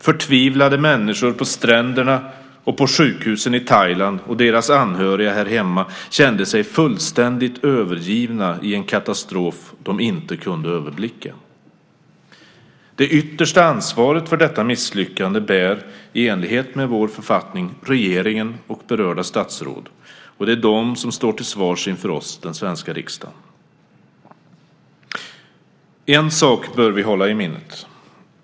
Förtvivlade människor på stränderna och på sjukhusen i Thailand och deras anhöriga här hemma kände sig fullständigt övergivna i en katastrof de inte kunde överblicka. Det yttersta ansvaret för detta misslyckande bär, i enlighet med vår författning, regeringen och berörda statsråd, och det är de som står till svars inför oss, den svenska riksdagen. En sak bör vi hålla i minnet.